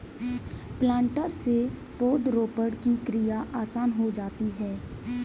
planter से पौधरोपण की क्रिया आसान हो जाती है